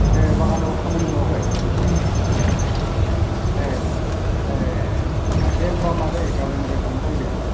ए बागानाव खामानि मावाखै ए ए दे होनब्ला मादै गाबोन निफ्राय थांसै दे